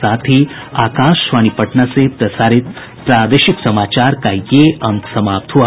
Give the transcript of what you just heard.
इसके साथ ही आकाशवाणी पटना से प्रसारित प्रादेशिक समाचार का ये अंक समाप्त हुआ